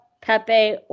Pepe